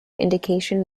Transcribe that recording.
indication